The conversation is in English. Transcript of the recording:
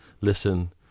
listen